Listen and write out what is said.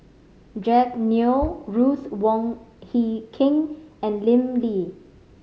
Jack Neo Ruth Wong Hie King and Lim Lee